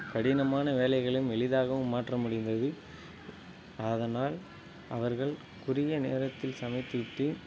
கடினமான வேலைகளையும் எளிதாகவும் மாற்ற முடிந்தது அதனால் அவர்கள் குறுகிய நேரத்தில் சமைத்து விட்டு